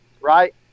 right